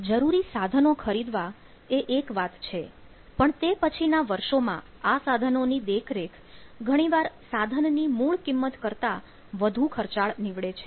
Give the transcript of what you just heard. જરૂરી સાધનો ખરીદવા એ એક વાત છે પણ તે પછીના વર્ષોમાં આ સાધનો ની દેખરેખ ઘણીવાર સાધન ની મૂળ કિંમત કરતા વધુ ખર્ચાળ નીવડે છે